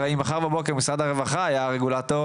הרי אם מחר בבוקר משרד הרווחה היה הרגולטור,